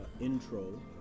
intro